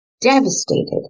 Devastated